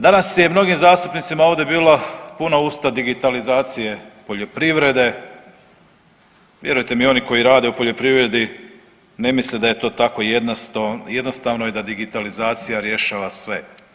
Danas je mnogim zastupnicima ovdje bilo puna usta digitalizacije poljoprivrede, vjerujte mi, oni koji rade u poljoprivredi ne misle da je to tako jednostavno i da digitalizacija rješava sve.